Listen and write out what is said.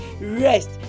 Rest